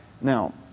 Now